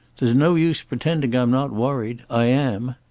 there's no use pretending i'm not worried. i am.